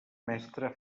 mestre